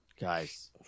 guys